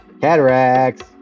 cataracts